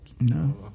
No